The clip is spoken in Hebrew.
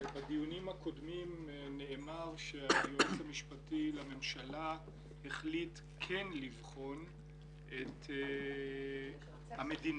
בדיונים הקודמים נאמר שהיועץ המשפטי החליט כן לבחון את המדיניות,